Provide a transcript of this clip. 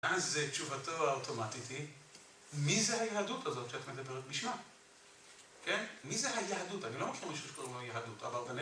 אז תשובתו האוטומטית היא, מי זה היהדות הזאת שאתם מדברים בשמה? כן, מי זה היהדות? אני לא מכיר מישהו שקוראים לו יהדות, אבל בינינו...